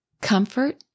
Comfort